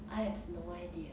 I have no idea